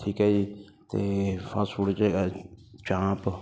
ਠੀਕ ਹੈ ਜੀ ਅਤੇ ਫਾਸਟ ਫੂਡ 'ਚ ਹੈਗਾ ਚਾਂਪ